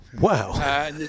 Wow